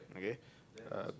okay uh